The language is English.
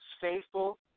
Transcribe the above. faithful